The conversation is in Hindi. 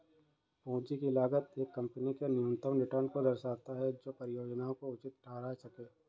पूंजी की लागत एक कंपनी के न्यूनतम रिटर्न को दर्शाता है जो परियोजना को उचित ठहरा सकें